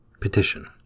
Petition